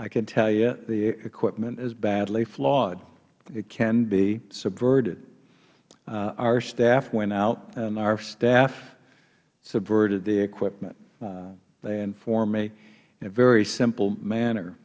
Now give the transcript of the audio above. i can tell you the equipment is badly flawed it can be subverted our staff went out and our staff subverted the equipment they inform me in a very simple manner